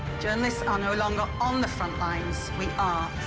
journalists are no longer on the front lines, we ah